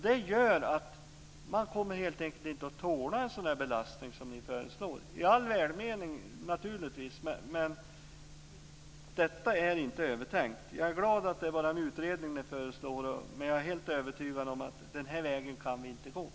Det gör att man helt enkelt inte kommer att tåla en sådan belastning som ni föreslår. Ni föreslår det naturligtvis i all välmening, men det är inte övertänkt. Jag är glad att det bara är en utredning ni föreslår, men jag är helt övertygad om att vi inte kan gå den vägen.